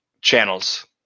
channels